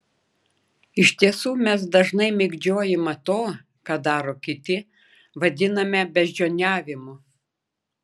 iš tiesų mes dažnai mėgdžiojimą to ką daro kiti vadiname beždžioniavimu